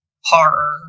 horror